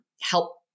help